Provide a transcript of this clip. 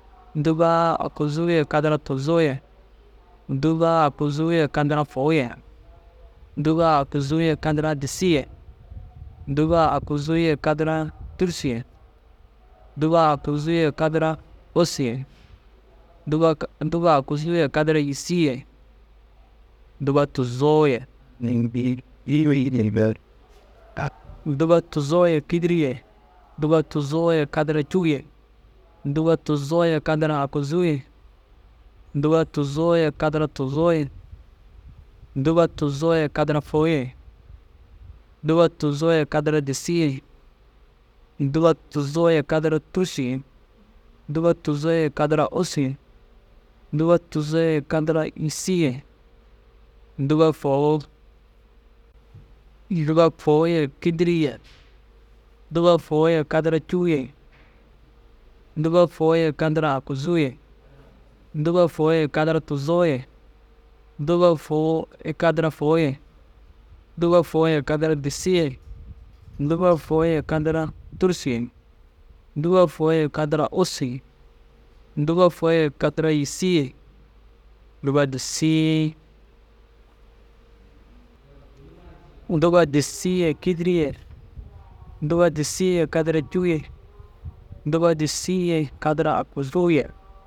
Dûba aguzuu ye kadara tuzoo ye, dûba aguzuu ye kadara fôu ye, dûba aguzuu ye kadara disii ye, dûba aguzuu ye kadara tûrusu ye, dûba aguzuu ye kadara ussu ye, dûba kadara, dûba aguzuu ye kadara yîsii ye, dûba tuzoo ye. dûba tuzoo ye kîdiri ye, dûba tuzoo ye kadara fôu ye, dûba tuzoo ye kadara disii ye, dûba tuzoo ye kadara tûrusu ye, dûba tuzoo ye kadara ussu ye, dûba tuzoo ye kadara yîsii ye, dûba fôu. Dûba fôu ye kîdiri ye, dûba fôu ye kadara cûu ye, dûba fôu ye kadara aguzuu ye, dûba fôu ye kadara tuzoo ye, dûba fôu ye kadara fôu ye, dûba fôu ye kadara disii ye, dûba fôu ye kadara tûrusu ye, dûba fôu ye kadara ussu ye, dûba fôu ye kadara yîsii ye, dûba disii. Dûba disii ye kîdiri ye, dûba disii ye kadara cûu ye, dûba disii kadara aguzuu ye.